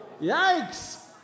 Yikes